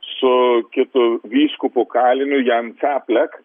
su kitu vyskupu kaliniu jan caplek